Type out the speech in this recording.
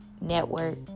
network